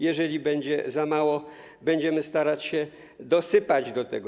Jeżeli będzie za mało, będziemy starać się dosypać do tego.